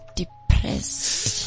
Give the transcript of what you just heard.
depressed